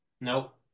Nope